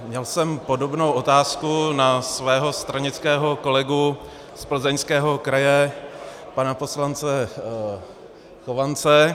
Měl jsem podobnou otázku na svého stranického kolegu z Plzeňského kraje pana poslance Chovance.